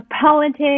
politics